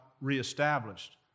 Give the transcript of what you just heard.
reestablished